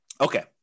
Okay